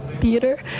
theater